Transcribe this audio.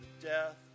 death